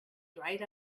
dried